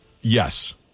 Yes